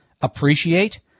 appreciate